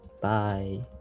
Bye